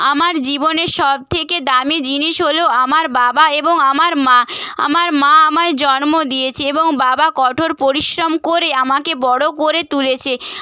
আমার জীবনের সবথেকে দামী জিনিস হল আমার বাবা এবং আমার মা আমার মা আমায় জন্ম দিয়েছে এবং বাবা কঠোর পরিশ্রম করে আমাকে বড় করে তুলেছে